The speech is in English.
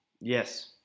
Yes